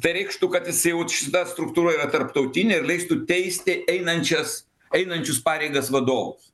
tai reikštų kad jisai jau šita struktūra yra tarptautinė ir leistų teisti einančias einančius pareigas vadovus